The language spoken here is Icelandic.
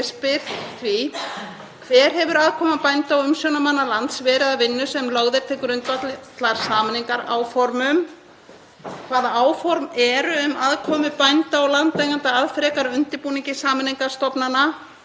Hver hefur aðkoma bænda og umsjónarmanna lands verið að vinnu sem lögð er til grundvallar sameiningaráformum? Hvaða áform eru um aðkomu bænda og landeigenda að frekari undirbúningi sameiningar stofnana